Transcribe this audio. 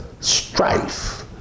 strife